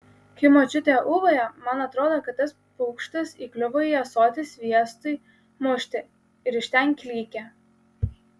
kai močiutė ūbauja man atrodo kad tas paukštis įkliuvo į ąsotį sviestui mušti ir iš ten klykia